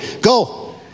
go